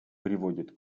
приводит